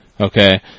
okay